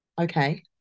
Okay